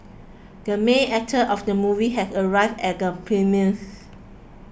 the main actor of the movie has arrived at the premieres